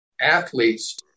athletes